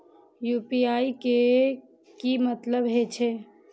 UPI के की मतलब हे छे?